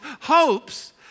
hopes